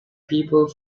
people